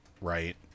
Right